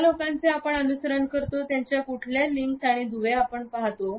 ज्या लोकांचे आपण अनुसरण करतो त्यांच्या कुठल्या लिंक्स किंवा दुवे आपण पाहतो